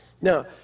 Now